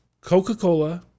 Coca-Cola